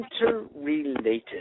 interrelated